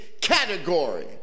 category